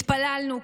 התפללנו,